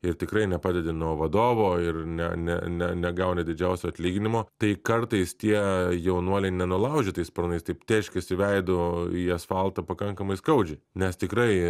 ir tikrai ne padedi nuo vadovo ir ne ne ne negauni didžiausio atlyginimo tai kartais tie jaunuoliai nenulaužytais sparnais taip tėškėsi veidu į asfaltą pakankamai skaudžiai nes tikrai